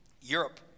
Europe